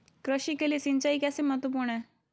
कृषि के लिए सिंचाई कैसे महत्वपूर्ण है?